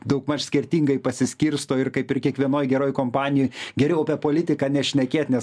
daugmaž skirtingai pasiskirsto ir kaip ir kiekvienoj geroj kompanijoj geriau apie politiką nešnekėt nes